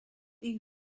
ich